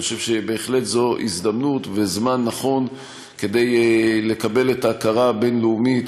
אני חושב שזו בהחלט הזדמנות וזמן נכון כדי לקבל את ההכרה הבין-לאומית